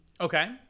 okay